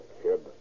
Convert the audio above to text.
kid